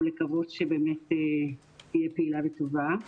ולקוות שבאמת תהיה פעילה וטובה.